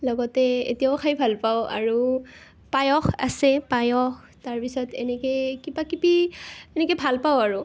লগতে এতিয়াও খাই ভাল পাওঁ আৰু পায়স আছে পায়স তাৰপিছত এনেকৈ কিবা কিবি এনেকৈ ভাল পাওঁ আৰু